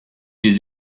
des